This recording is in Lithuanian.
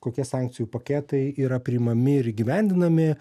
kokie sankcijų paketai yra priimami ir įgyvendinami